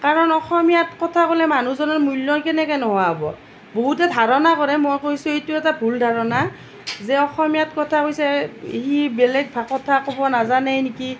কাৰণ অসমীয়াত কথা ক'লে মানুহজনৰ মূল্য কেনেকৈ নোহোৱা হ'ব বহুতে ধাৰণা কৰে মই কৈছোঁ এইটো এটা ভুল ধাৰণা যে অসমীয়াত কথা কৈছে সি বেলেগ কথা কব নাজানেই নেকি